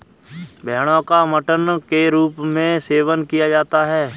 भेड़ो का मटन के रूप में सेवन किया जाता है